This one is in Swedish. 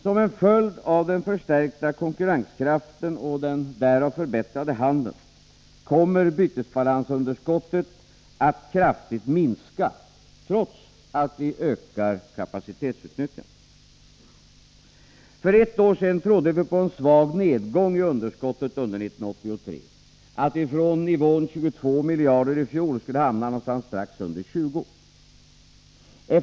Som en följd av den förstärkta konkurrenskraften och den därav förbättrade handeln kommer bytesbalansunderskottet att kraftigt minska — trots att vi ökar kapacitetsutnyttjandet. För ett år sedan trodde vi på en svag nedgång i underskottet under 1983 — att vi från nivån 22 miljarder i fjol skulle hamna någonstans strax under 20 miljarder.